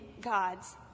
God's